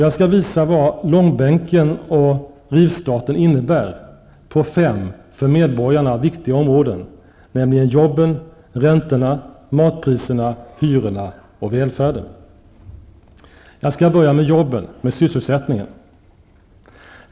Jag skall visa vad långbänken och rivstarten innebär på fem för medborgarna viktiga områden, nämligen jobben, räntorna, matpriserna, hyrorna och välfärden. Jag skall börja med jobben, med sysselsättningen.